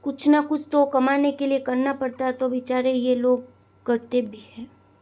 कुछ ना कुस तो कमाने के लिए करना पड़ता है तो बिचारे ये लोग करते भी हैं